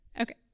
Okay